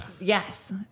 Yes